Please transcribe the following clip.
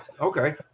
Okay